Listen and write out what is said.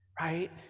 right